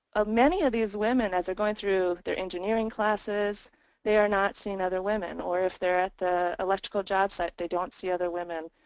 of many of these women as they're going through their engineering classes they are not seeing other women. or if they're at the electrical job site they don't see other women.